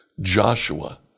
Joshua